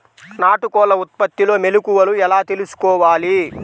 నాటుకోళ్ల ఉత్పత్తిలో మెలుకువలు ఎలా తెలుసుకోవాలి?